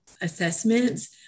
assessments